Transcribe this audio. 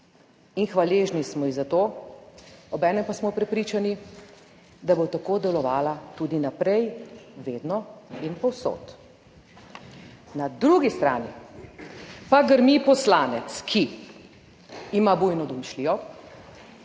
Hvaležni smo ji za to, obenem pa smo prepričani, da bo tako delovala tudi naprej, vedno in povsod. Na drugi strani pa grmi poslanec, ki ima bujno domišljijo,